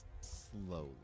slowly